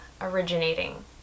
originating